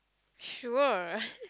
sure